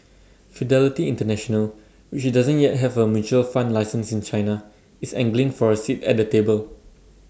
fidelity International which doesn't yet have A mutual fund license in China is angling for A seat at the table